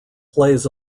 plays